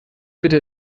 bitte